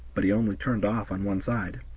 but he only turned off on one side.